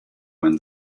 when